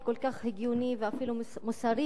וכל כך הגיוני ואפילו מוסרי,